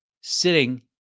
sitting